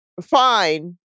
fine